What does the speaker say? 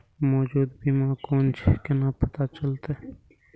मौजूद बीमा कोन छे केना पता चलते?